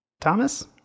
Thomas